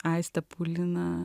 aistė paulina